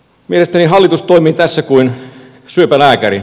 mielestäni hallitus toimii tässä kuin syöpälääkäri